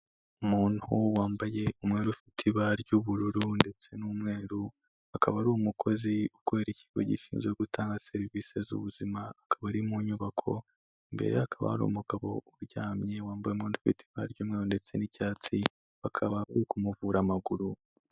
Umuntu wambaye umwenda ufite ibara ry'ubururu ndetse n'umweru, akaba ari umukozi ukorera ikigo gishinzwe gutanga serivisi z'ubuzima; akaba ari mu nyubako. Imbere ye hakaba hari umugabo uryamye wambaye umwenda ufite ibara ry'umweru ndetse n'icyatsi, bakaba bari kumuvura amaguru.